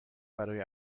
برای